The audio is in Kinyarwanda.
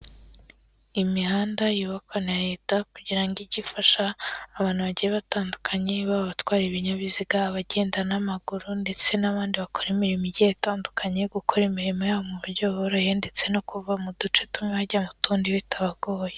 Imihanda yubakwa na leta kugira ngo ijye ifasha abantu bagiye batandukanye baba abatwara ibinyabiziga, abagenda n'amaguru ndetse n'abandi bakora imirimo igiye itandukanye, gukora imirimo yabo mu buryo buboroheye ndetse no kuva mu duce tumwe bajya mu tundi bitabagoye.